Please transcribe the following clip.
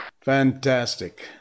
Fantastic